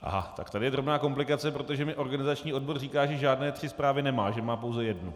Aha, tak tady je drobná komplikace, protože mi organizační odbor říká, že žádné tři zprávy nemá, že má pouze jednu.